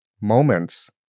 moments